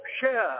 share